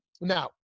Now